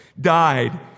died